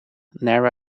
nara